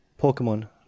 pokemon